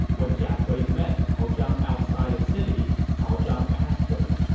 when jia kui met cao zhang outside the city, cao zhang asked him,